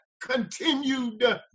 continued